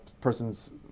person's